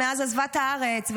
שמאז עזבה את הארץ,